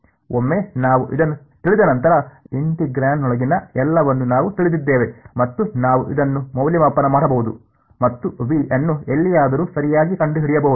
ಒಮ್ಮೆ ನಾವು ಇದನ್ನು ತಿಳಿದ ನಂತರ ಇಂಟಿಗ್ರಾಂಡ್ನೊಳಗಿನ ಎಲ್ಲವನ್ನೂ ನಾವು ತಿಳಿದಿದ್ದೇವೆ ಮತ್ತು ನಾನು ಇದನ್ನು ಮೌಲ್ಯಮಾಪನ ಮಾಡಬಹುದು ಮತ್ತು ವಿ ಅನ್ನು ಎಲ್ಲಿಯಾದರೂ ಸರಿಯಾಗಿ ಕಂಡುಹಿಡಿಯಬಹುದು